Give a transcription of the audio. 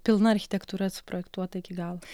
pilna architektūra suprojektuota iki galo